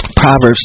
Proverbs